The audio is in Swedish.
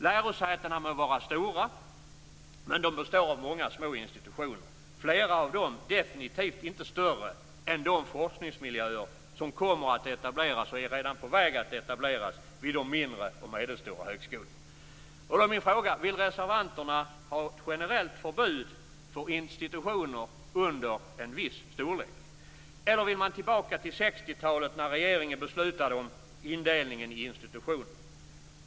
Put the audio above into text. Lärosätena må vara stora, men de består av många små institutioner. Flera av dem är definitivt inte större än de forskningsmiljöer som kommer att etableras, som redan är på väg att göra det, vid de mindre och medelstora högskolorna. Då är min fråga: Vill reservanterna ha ett generellt förbud mot institutioner under en viss storlek? Eller vill man tillbaka till 60-talet när regeringen beslutade om indelningen i institutioner?